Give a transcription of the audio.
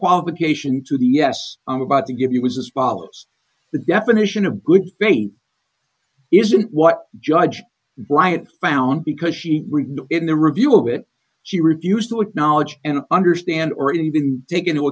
qualification to the yes i'm about to give you was as follows the definition of good taste isn't what judge bryant found because she read in the review of it she refused to acknowledge and understand or even take into